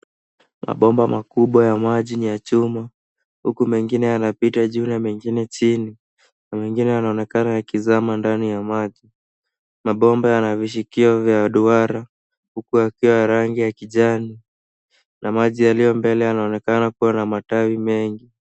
Mabomba makubwa ya maji ni ya chuma, huku mengine yanapita juu na mengine chini na mengine yanaonekana yakizama ndani ya maji. Mabomba yana vishikio vya duara huku yakiwa ya rangi ya kijani na maji yaliyo mbele yanaonekana kuwa na matawi mengi.